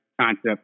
concept